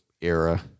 era